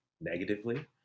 negatively